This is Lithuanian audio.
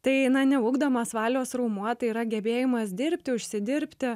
tai na neugdomas valios raumuo tai yra gebėjimas dirbti užsidirbti